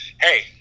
hey –